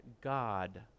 God